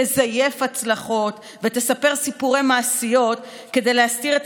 תזייף הצלחות ותספר סיפורי מעשיות כדי להסתיר את